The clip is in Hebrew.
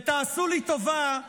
ותעשו לי טובה,